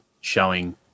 showing